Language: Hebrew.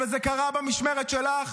אבל זה קרה במשמרת שלך,